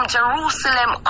Jerusalem